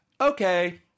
Okay